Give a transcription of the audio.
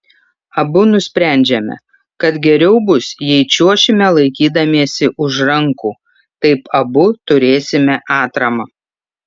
abu nusprendžiame kad geriau bus jei čiuošime laikydamiesi už rankų taip abu turėsime atramą